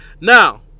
now